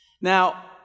Now